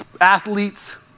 athletes